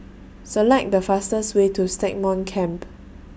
Select The fastest Way to Stagmont Camp